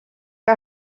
que